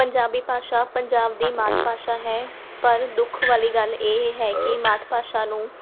ਪੰਜਾਬੀ ਭਾਸ਼ਾ ਪੰਜਾਬ ਦੀ ਮਾਤ ਭਾਸ਼ਾ ਹੈ ਪਰ ਦੁੱਖ ਵਾਲ਼ੀ ਗੱਲ ਇਹ ਹੈ ਕਿ ਮਾਤ ਭਾਸ਼ਾ ਨੂੰ